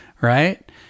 Right